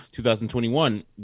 2021